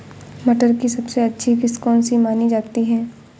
मटर की सबसे अच्छी किश्त कौन सी मानी जाती है?